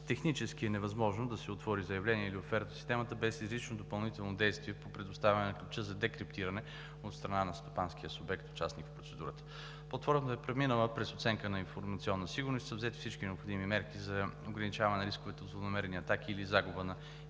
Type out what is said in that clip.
Технически е невъзможно да се отвори заявление или оферта в Системата без изрично допълнително действие по предоставяне на ключа за декриптиране от страна на стопанския субект, участник в процедурата. Платформата е преминала през оценка на информационна сигурност и са взети всички необходими мерки за ограничаване рисковете от злонамерени атаки или загуба на